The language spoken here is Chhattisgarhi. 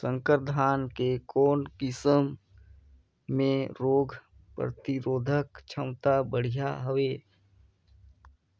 संकर धान के कौन किसम मे रोग प्रतिरोधक क्षमता बढ़िया हवे?